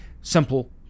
Simple